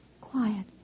Quiet